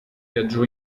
viaggiò